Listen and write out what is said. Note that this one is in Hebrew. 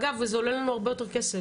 ואגב, זה עולה לנו הרבה יותר כסף.